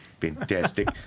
Fantastic